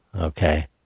Okay